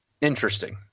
Interesting